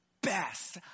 best